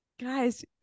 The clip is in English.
Guys